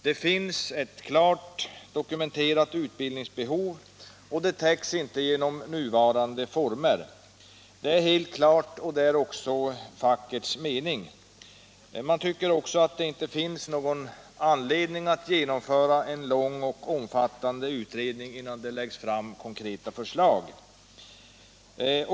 Det finns ett klart dokumenterat utbildningsbehov, som inte tillgodoses genom nuvarande utbildningsformer. Det är helt klart, och det är också fackets mening. Man tycker inte heller att det finns någon anledning att genomföra en lång och omfattande utredning, innan det läggs fram konkreta förslag.